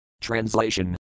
Translation